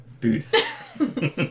booth